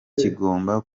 kigomba